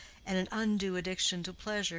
and an undue addiction to pleasure,